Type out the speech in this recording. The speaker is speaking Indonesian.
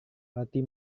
roti